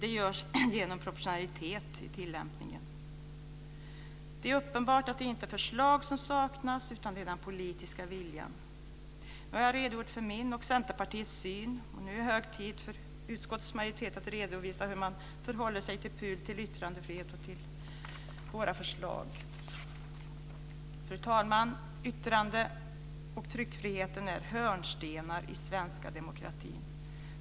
Det görs också genom proportionalitet i tillämpningen. Det är uppenbart att det inte är förslag som saknas utan den politiska viljan. Nu har jag redogjort för min och Centerpartiets syn. Det är nu hög tid för utskottets majoritet att redovisa hur den förhåller sig till PUL, till yttrandefriheten och till våra förslag. Fru talman! Yttrandefriheten och tryckfriheten är hörnstenar i den svenska demokratin.